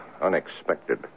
Unexpected